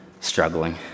struggling